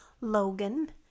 Logan